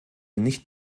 nicht